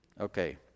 Okay